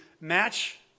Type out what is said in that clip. match